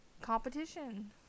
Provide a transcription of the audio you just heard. competition